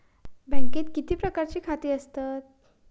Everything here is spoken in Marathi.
बँकेत किती प्रकारची खाती असतत?